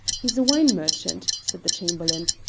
he's a wine merchant, said the chamberlain,